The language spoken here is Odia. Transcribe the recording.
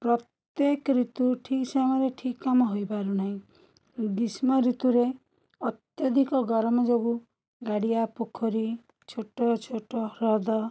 ପ୍ରତ୍ୟେକ ଋତୁ ଠିକ୍ ସମୟରେ ଠିକ୍ କାମ ହୋଇପାରୁ ନାହିଁ ଗ୍ରୀଷ୍ମଋତୁରେ ଅତ୍ୟଧିକ ଗରମ ଯୋଗୁଁ ଗାଡ଼ିଆ ପୋଖରୀ ଛୋଟଛୋଟ ହ୍ରଦ